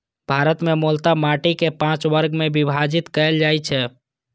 भारत मे मूलतः माटि कें पांच वर्ग मे विभाजित कैल जाइ छै